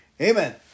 Amen